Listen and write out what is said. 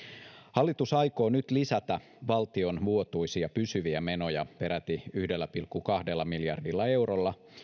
hallitus aikoo nyt lisätä valtion vuotuisia pysyviä menoja peräti yhdellä pilkku kahdella miljardilla eurolla